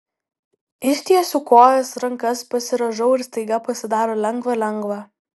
ištiesiu kojas rankas pasirąžau ir staiga pasidaro lengva lengva